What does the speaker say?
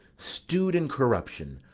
stew'd in corruption,